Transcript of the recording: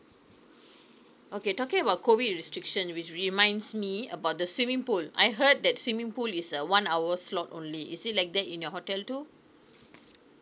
okay talking about COVID restriction which reminds me about the swimming pool I heard that swimming pool is a one hour slot only is it like that in your hotel too